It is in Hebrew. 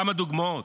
כמה דוגמאות: